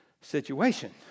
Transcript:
situation